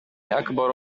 أكبر